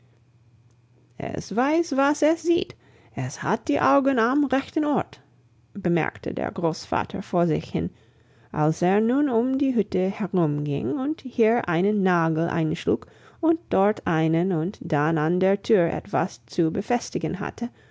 es weiß was es sieht es hat die augen am rechten ort bemerkte der großvater vor sich hin als er nun um die hütte herumging und hier einen nagel einschlug und dort einen und dann an der tür etwas zu befestigen hatte